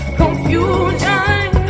confusion